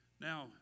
Now